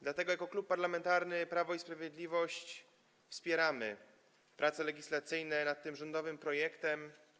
Dlatego jako Klub Parlamentarny Prawo i Sprawiedliwość wspieramy prace legislacyjne nad tym rządowym projektem.